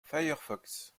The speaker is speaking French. firefox